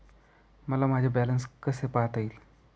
मला माझे बॅलन्स कसे पाहता येईल?